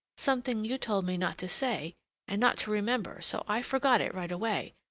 something you told me not to say and not to remember so i forgot it right away.